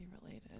related